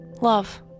Love